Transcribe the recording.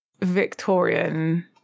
Victorian